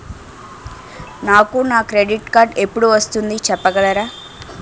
నాకు నా credit card ఎపుడు వస్తుంది చెప్పగలరా?